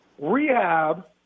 rehab